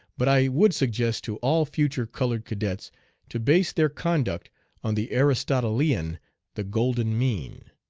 but i would suggest to all future colored cadets to base their conduct on the aristonmetpon, the golden mean.